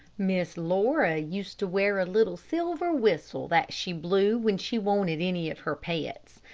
miss laura used to wear a little silver whistle that she blew when she wanted any of her pets.